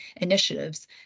initiatives